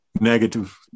negative